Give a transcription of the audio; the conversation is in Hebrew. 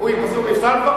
הוא נפסל עוד פעם.